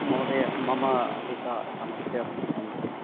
महोदय मम एका समस्या अस्ति अहम्